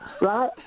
Right